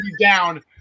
down